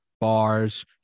bars